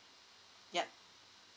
yup